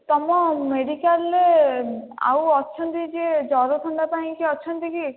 ତୁମ ମେଡିକାଲରେ ଆଉ ଅଛନ୍ତି ଯିଏ ଜର ଥଣ୍ଡା ପାଇଁ କିଏ ଅଛନ୍ତି କି